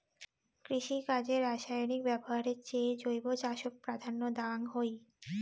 কৃষিকাজে রাসায়নিক ব্যবহারের চেয়ে জৈব চাষক প্রাধান্য দেওয়াং হই